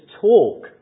talk